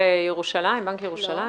לבנק ירושלים?